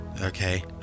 Okay